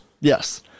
Yes